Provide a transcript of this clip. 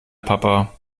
papa